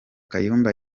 kayumba